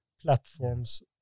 platforms